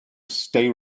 stay